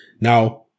Now